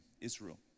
Israel